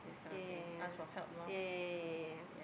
yeah yeah yeah yeah yeah yeah yeah